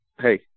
hey